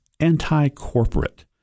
anti-corporate